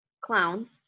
Clown